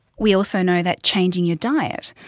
we also know that changing your diet,